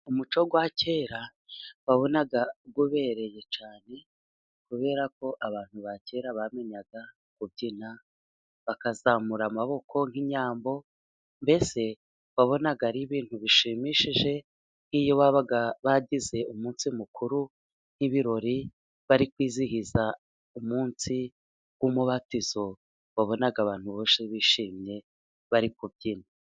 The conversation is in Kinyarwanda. Umuco wa kera wabonaga ubereye cyane, kubera ko abantu ba kera bamenyaga kubyina. Bakazamura amaboko nk'inyambo, mbese wabonaga ari ibintu bishimishije. Nk'iyo babaga bagize umunsi mukuru nk'ibirori bari kwizihiza umunsi w'umubatizo, wabonaga abantu benshi bishimye bari kubyina.